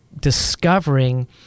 discovering